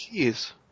Jeez